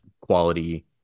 quality